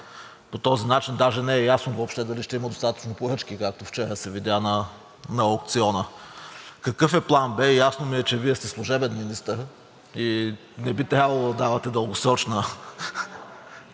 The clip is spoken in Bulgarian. По този начин даже не е ясно въобще дали ще има достатъчно поръчки, както вчера се видя на аукциона. Какъв е план Б? Ясно ми е, че Вие сте служебен министър и не би трябвало да давате дългосрочна...